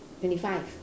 twenty five